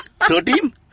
Thirteen